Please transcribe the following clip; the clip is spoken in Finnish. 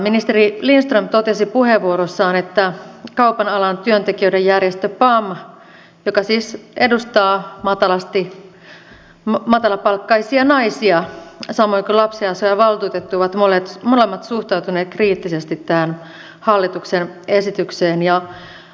ministeri lindström totesi puheenvuorossaan että kaupan alan työntekijöiden järjestö pam joka siis edustaa matalapalkkaisia naisia samoin kuin lapsiasiavaltuutettu ovat molemmat suhtautuneet kriittisesti tähän hallituksen esitykseen